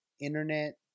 internet